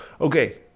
okay